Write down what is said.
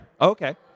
Okay